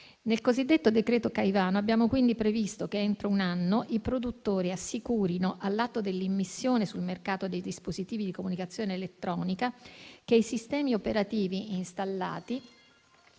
Nel cosiddetto decreto Caivano abbiamo quindi previsto che, entro un anno, i produttori assicurino, all'atto dell'immissione sul mercato dei dispositivi di comunicazione elettronica, che i sistemi operativi installati